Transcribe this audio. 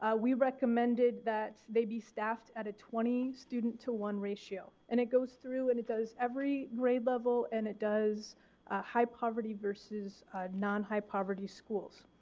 ah we recommended that they be staffed at a twenty student to one ratio. and it goes through and it does every grade level and it does high poverty versus non-high poverty schools.